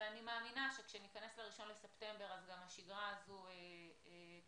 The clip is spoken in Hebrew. אני מאמינה שכשנגיע ל-1 בספטמבר אז גם השגרה הזאת תחזור,